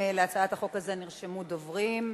להצעת החוק הזאת נרשמו דוברים,